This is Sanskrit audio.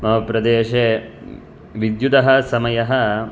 मम प्रदेशे विद्युतः समयः